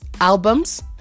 albums